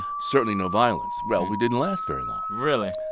certainly no violence. well, we didn't last very long really?